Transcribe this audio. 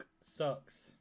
Sucks